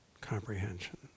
comprehension